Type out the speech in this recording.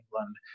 england